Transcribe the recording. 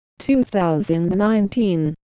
2019